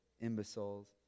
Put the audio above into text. imbeciles